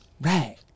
right